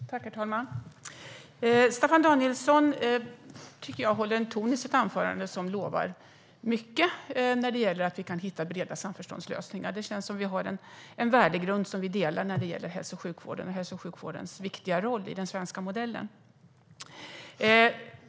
Herr talman! Staffan Danielsson håller i sitt anförande en ton som lovar mycket vad gäller möjligheten för oss att hitta breda samförståndslösningar. Det känns som att vi har en gemensam värdegrund när det gäller hälso och sjukvården och dess viktiga roll i den svenska modellen.